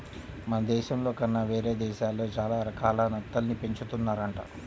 మన దేశంలో కన్నా వేరే దేశాల్లో చానా రకాల నత్తల్ని పెంచుతున్నారంట